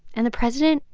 and the president,